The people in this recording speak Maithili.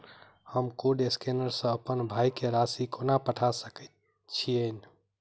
हम कोड स्कैनर सँ अप्पन भाय केँ राशि कोना पठा सकैत छियैन?